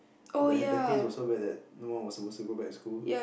like the haze was so bad that no one was suppose to go back to school